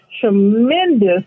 tremendous